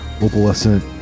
opalescent